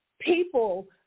People